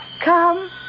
Come